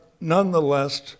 nonetheless